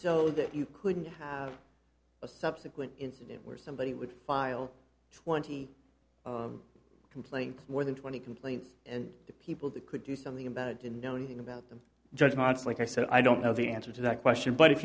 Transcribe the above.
so that you couldn't a subsequent incident where somebody would file twenty complaint more than twenty complaints and the people that could do something about it didn't know anything about them judgments like i said i don't know the answer to that question but if